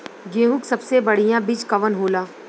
गेहूँक सबसे बढ़िया बिज कवन होला?